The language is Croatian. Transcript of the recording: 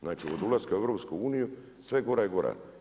Znači od ulaska u EU sve je gora i gora.